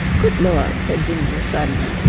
good lord! said ginger suddenly,